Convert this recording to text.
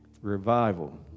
Revival